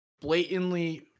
blatantly